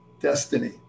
destiny